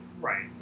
right